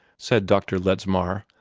said dr. ledsmar,